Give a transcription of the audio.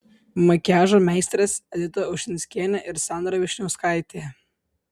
makiažo meistrės edita ušinskienė ir sandra vyšniauskaitė